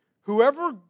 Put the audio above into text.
whoever